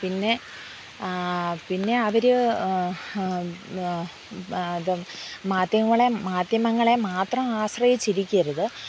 പിന്നെ പിന്നെ അവർ ഇത് മാധ്യങ്ങളെ മാധ്യമങ്ങളെ മാത്രം ആശ്രയിച്ചിരിക്കരുത്